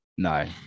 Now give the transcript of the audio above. No